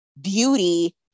beauty